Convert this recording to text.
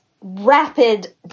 rapid